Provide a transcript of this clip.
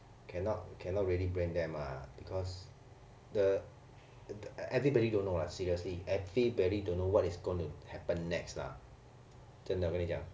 cannot cannot really blame them ah because the the everybody don't know lah seriously everybody don't know what is going to happen next lah